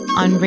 on